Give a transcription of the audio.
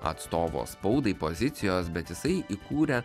atstovo spaudai pozicijos bet jisai įkūrė